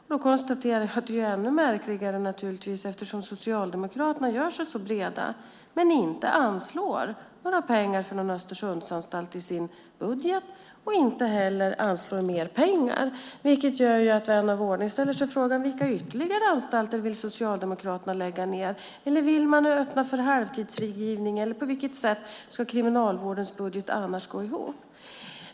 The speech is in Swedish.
Jag konstaterar att det är ännu märkligare eftersom Socialdemokraterna gör sig så breda men inte anslår några pengar för en Östersundsanstalt i sin budget. De anslår inte heller mer pengar. Det gör att vän av ordning ställer sig frågan: Vilka ytterligare anstalter vill Socialdemokraterna lägga ned? Vill man öppna för halvtidsfrigivning? Eller på vilket sätt ska Kriminalvårdens budget annars gå ihop?